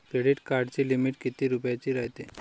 Credit कार्डाची limit कितीक रुपयाची रायते?